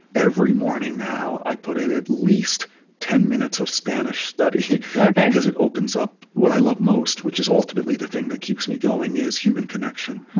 every morning now i put in at least ten minutes of spanish study, because it opens up what i love most, which is ultimately the thing that keeps me going, is human connection.